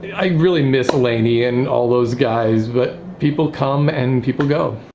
i really miss laney and all those guys, but people come and people go.